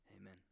Amen